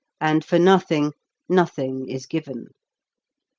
and for nothing nothing is given.